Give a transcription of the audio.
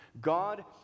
God